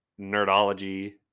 nerdology